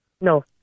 No